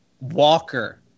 Walker